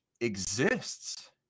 exists